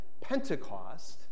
Pentecost